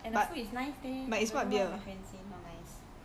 and the food is nice leh I don't know why my friend say not nice